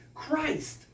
christ